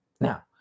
Now